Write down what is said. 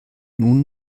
nun